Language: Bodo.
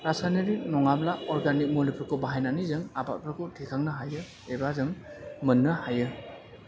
रासायनारि नङाब्ला अर्गानिक मुलिफोरखौ बाहायनानै जों आबादफोरखौ थिखांनो हायो एबा जों मोननो हायो